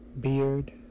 Beard